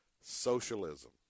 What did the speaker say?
Socialism